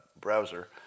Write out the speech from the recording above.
browser